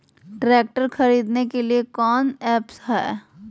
Tractor खरीदने के लिए कौन ऐप्स हाय?